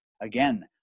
again